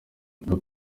iyo